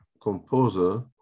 composer